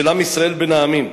של עם ישראל בין העמים,